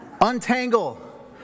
Untangle